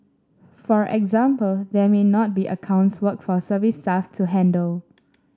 for example there may not be accounts work for service staff to handle